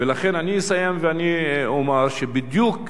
ולכן, אני אסיים ואני אומר שבדיוק